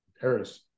Paris